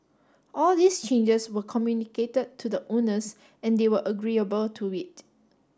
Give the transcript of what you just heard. all these changes were communicated to the owners and they were agreeable to it